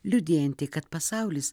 liudijanti kad pasaulis